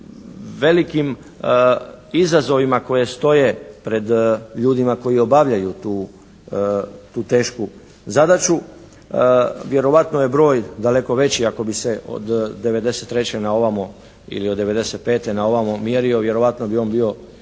od velikim izazovima koje stoje pred ljudima koji obavljaju tu tešku zadaću. Vjerovatno je broj daleko veći ako bi se od '93. na ovamo ili od '95. na ovamo mjerio vjerojatno bi on bio